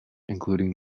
including